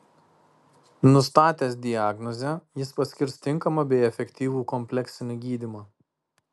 nustatęs diagnozę jis paskirs tinkamą bei efektyvų kompleksinį gydymą